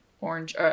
orange